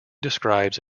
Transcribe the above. describes